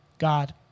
God